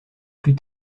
plus